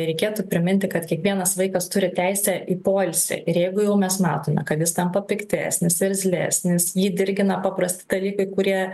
reikėtų priminti kad kiekvienas vaikas turi teisę į poilsį ir jeigu jau mes matome kad jis tampa piktesnis irzlesnis jį dirgina paprasti dalykai kurie